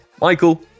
Michael